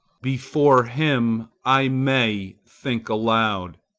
before him i may think aloud.